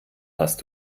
hast